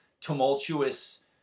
tumultuous